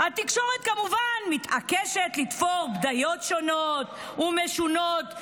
התקשורת כמובן מתעקשת לתפור בדיות שונות ומשונות,